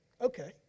Okay